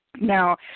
now